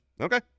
Okay